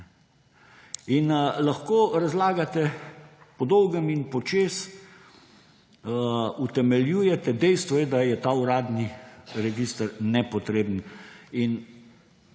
Lahko razlagate po dolgem in počez, utemeljujete, dejstvo je, da je ta uradni register nepotreben, in